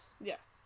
yes